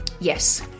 Yes